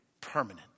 permanent